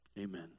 Amen